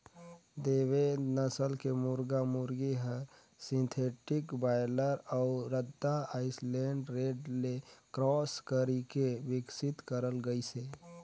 देवेंद नसल के मुरगा मुरगी हर सिंथेटिक बायलर अउ रद्दा आइलैंड रेड ले क्रास कइरके बिकसित करल गइसे